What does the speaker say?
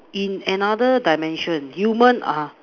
in another dimension human are